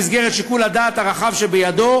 במסגרת שיקול הדעת הרחב שבידו,